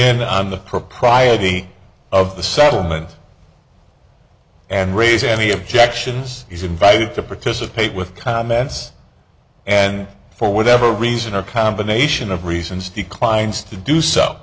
in on the propriety of the settlement and raise any objections he's invited to participate with comments and for whatever reason or combination of reasons declines to do so